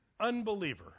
unbeliever